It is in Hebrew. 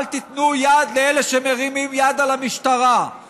אל תיתנו יד לאלה שמרימים יד על המשטרה,